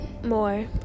More